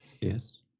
Yes